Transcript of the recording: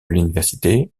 l’université